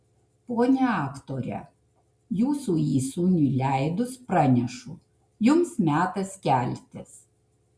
ponia aktore jūsų įsūniui leidus pranešu jums metas keltis